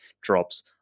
drops